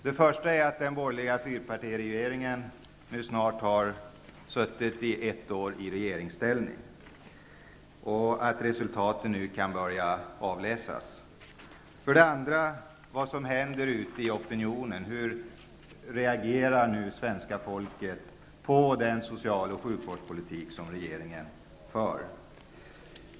Det första är att den borgerliga fyrpartiregeringen snart har suttit ett år i regeringsställning och att resultaten nu kan börja avläsas. Det andra är vad som händer ute i opinionen. Hur reagerar nu svenska folket på den social och sjukvårdspolitik som regeringen för?